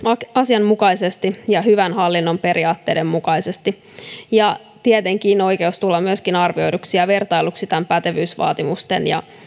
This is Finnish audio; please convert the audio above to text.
asianmukaisesti ja hyvän hallinnon periaatteiden mukaisesti ja tietenkin oikeus tulla myöskin arvioiduksi ja vertailluksi pätevyysvaatimusten ja